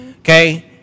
Okay